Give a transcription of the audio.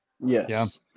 Yes